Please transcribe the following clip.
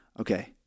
okay